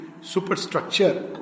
superstructure